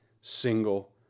single